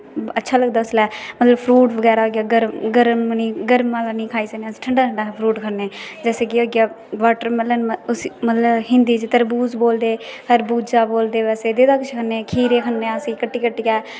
अच्छा लगदा मतलब फ्रूट बगैरा होई गेआ गर्म नेई खाई सकने अश ठंडा ठंडा फ्रूट खन्ने जेसे कि होई गेआ बाटर मेलन उसी हिंदी च तरबूज बोलदे खरवुजा बोलदे बेसे जेहडे़ किश खन्ने खीरे खन्ने अस कट्टी कट्टी ऐ